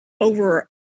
over